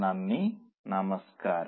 നന്ദി നമസ്കാരം